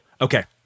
Okay